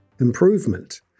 improvement